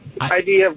idea